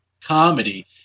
comedy